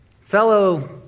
fellow